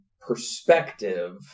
perspective